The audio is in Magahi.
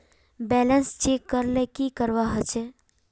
बैलेंस चेक करले की करवा होचे?